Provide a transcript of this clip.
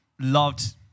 loved